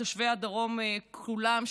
את תושבי הדרום כולם,